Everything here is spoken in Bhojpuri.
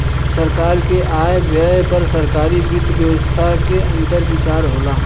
सरकार के आय व्यय पर सरकारी वित्त व्यवस्था के अंदर विचार होला